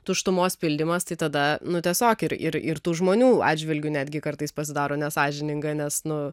tuštumos pildymas tai tada nu tiesiog ir ir ir tų žmonių atžvilgiu netgi kartais pasidaro nesąžininga nes nu